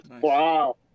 Wow